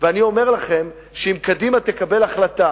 ואני אומר לכם, שאם קדימה תקבל החלטה